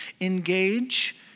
engage